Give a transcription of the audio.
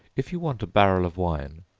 if you want a barrel of wine,